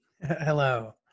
Hello